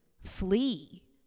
flee